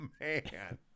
man